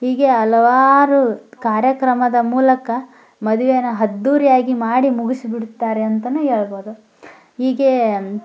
ಹೀಗೆ ಹಲವಾರು ಕಾರ್ಯಕ್ರಮದ ಮೂಲಕ ಮದುವೆನ ಅದ್ದೂರಿಯಾಗಿ ಮಾಡಿ ಮುಗಿಸಿಬಿಡ್ತಾರೆ ಅಂತಾನೂ ಹೇಳ್ಬೋದು ಹೀಗೆ